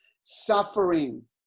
suffering